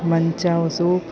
manchow soup